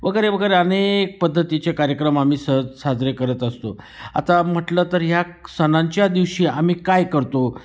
वगैरे वगैरे अनेक पद्धतीचे कार्यक्रम आम्ही सहज साजरे करत असतो आता म्हटलं तर ह्या सणांच्या दिवशी आम्ही काय करतो